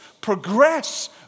progress